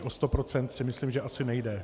O 100 % si myslím, že asi nejde.